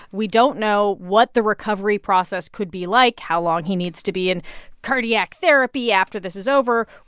we don't know what the recovery process could be like, how long he needs to be in cardiac therapy after this is over.